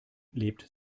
lebt